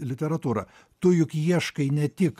literatūrą tu juk ieškai ne tik